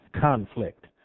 conflict